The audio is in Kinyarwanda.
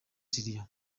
syria